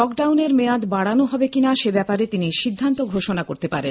লকডাউনের মেয়াদ বাড়ানো হবে কিনা সেব্যাপারে তিনি সিদ্ধান্ত ঘোষণা করতে পারেন